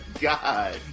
god